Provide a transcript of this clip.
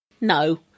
No